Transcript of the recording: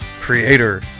creator